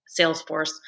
Salesforce